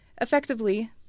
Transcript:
effectively